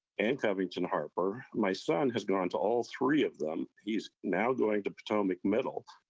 and covington-harper. my son has gone to all three of them. he's now going to potomac middle.